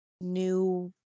new